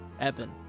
Evan